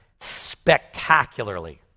spectacularly